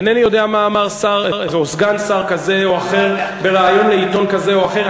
אינני יודע מה אמר שר או סגן שר כזה או אחר בריאיון לעיתון כזה או אחר.